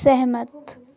सहमत